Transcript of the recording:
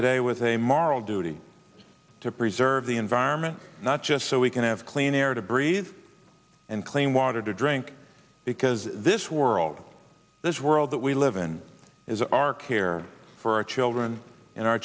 today with a moral duty to preserve the environment not just so we can have clean air to breathe and clean water to drink because this world this world that we live in is our care for our children and our